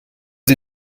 sie